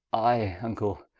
i vnckle,